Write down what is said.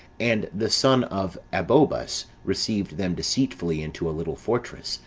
and the son of abobus received them deceitfully into a little fortress,